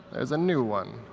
there's a new one.